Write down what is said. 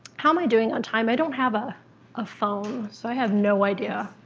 how am i doing on time? i don't have a ah phone, so i have no idea.